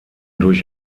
durch